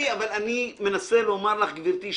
אני מנסה לומר לך, גברתי שרון,